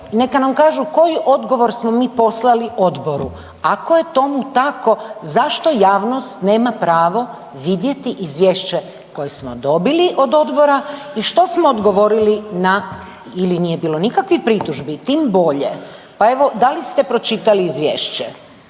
neka nam kažu koji odgovor smo mi poslali odboru. Ako je tomu tako zašto javnost nema pravo vidjeti izvješće koje smo dobili od odbora i što smo odgovorili na ili nije bilo nikakvih pritužbi tim bolje. Pa evo, da li ste pročitali izvješće?